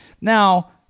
Now